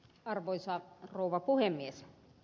arvoisa rouva puhemies